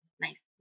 nice